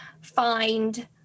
find